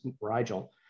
Rigel